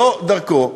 זו דרכו,